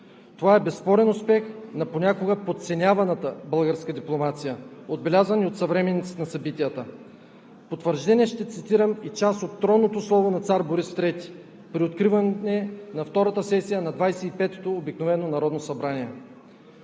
Това е безспорен успех на понякога подценяваната българска дипломация, отбелязан и от съвременниците на събитията. В потвърждение ще цитирам и част от тронното слово на цар Борис III при откриване на Втората сесия на Двадесет и петото обикновено народно събрание: